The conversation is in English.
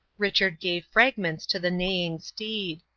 richard gave fragments to the neighing steed.